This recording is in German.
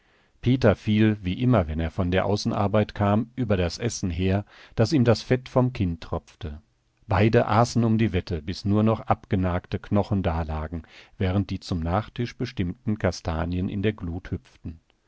peter fiel wie immer wenn er von der außenarbeit kam über das essen her daß ihm das fett vom kinn tropfte beide aßen um die wette bis nur noch abgenagte knochen dalagen während die zum nachtisch bestimmten kastanien in der glut hüpften